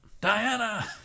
Diana